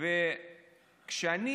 כשאני